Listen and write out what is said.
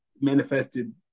manifested